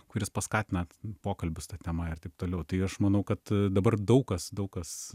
kuris paskatina pokalbius ta tema ir taip toliau tai aš manau kad dabar daug kas daug kas